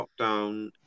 lockdown